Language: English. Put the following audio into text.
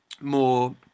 more